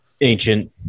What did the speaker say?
ancient